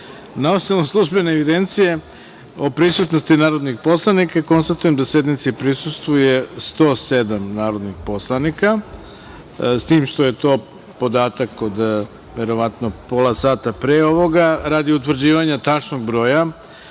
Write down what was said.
osnovu službene evidencije o prisutnosti narodnih poslanika, konstatujem da sednici prisustvuje 107 narodnih poslanika, s tim što je to podatak od, verovatno, pola sata pre ovoga. Radi utvrđivanja tačnog broja